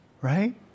right